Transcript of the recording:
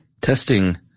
testing